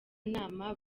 nama